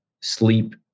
sleep